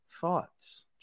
Thoughts